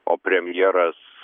o premjeras